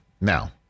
now